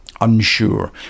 unsure